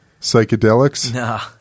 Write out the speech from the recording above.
psychedelics